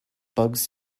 bugs